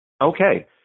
Okay